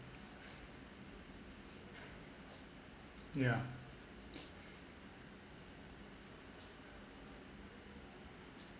yeah